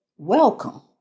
Welcome